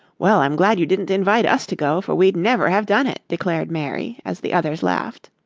well, i'm glad you didn't invite us to go, for we'd never have done it, declared mary, as the others laughed.